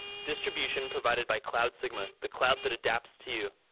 distribution provided by cloudsigma. the cloud that adapts to you.